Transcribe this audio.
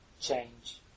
change